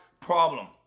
problem